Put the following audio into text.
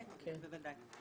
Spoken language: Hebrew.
מכובדיי,